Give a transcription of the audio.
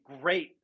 great